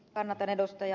kannatan ed